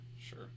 Sure